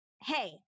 hey